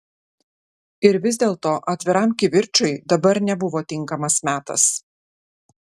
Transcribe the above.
ir vis dėlto atviram kivirčui dabar nebuvo tinkamas metas